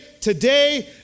today